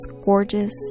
gorgeous